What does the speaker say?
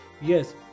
yes